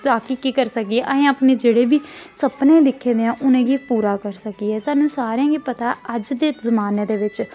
ताकि केह् करी सके असें अपने जेह्ड़े बी सपने दिक्खे दे ऐ उ'नेंगी पूरा करी सकिये सानूं सारें गी पता ऐ अज्ज दे जमान्ने दे बिच्च